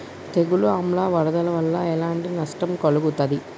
తెగులు ఆమ్ల వరదల వల్ల ఎలాంటి నష్టం కలుగుతది?